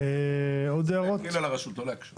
רוצים להקל על הרשות, לא להקשות.